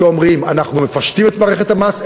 שאומרים: אנחנו מפשטים את מערכת המס,